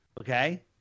Okay